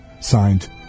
Signed